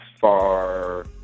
far